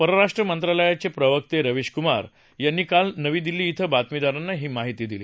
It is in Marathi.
परराष्ट्र मंत्रालयाचे प्रवक्ते रविश कुमार यांनी काल नवी दिल्ली धिं बातमीदारांना ही माहिती दिली